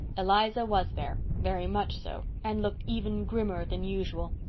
eliza was there. very much so. and looked even grimmer than usual.